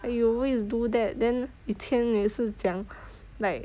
you always do that then 以前也是讲